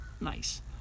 Nice